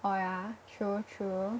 oh ya true true